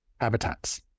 habitats